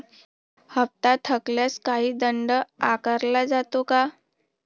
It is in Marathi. हप्ता थकल्यास काही दंड आकारला जातो का?